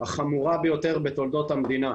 החמורה ביותר בתולדות המדינה.